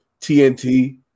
TNT